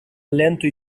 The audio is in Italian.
lento